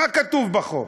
מה כתוב בחוק?